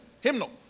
hymnal